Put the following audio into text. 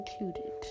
included